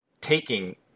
taking